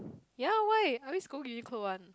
ya why I always go Uniqlo one